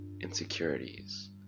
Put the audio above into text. insecurities